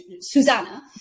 Susanna